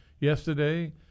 yesterday